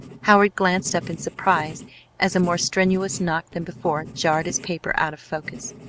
howard glanced up in surprise as a more strenuous knock than before jarred his paper out of focus.